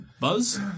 Buzz